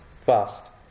fast